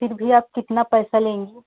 फिर भी आप कितना पैसा लेंगी